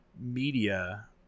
media